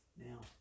Now